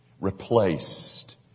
replaced